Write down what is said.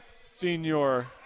senior